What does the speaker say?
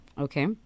Okay